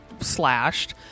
slashed